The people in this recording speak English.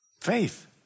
Faith